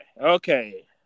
Okay